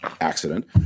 accident